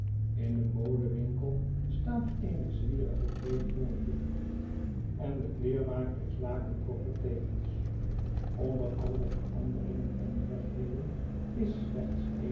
in den modewinkel staat eene zwierig gekleede jonge juffer en de kleermaker is lakenkooper tevens onder al de veranderingen en nieuwigheden is slechts en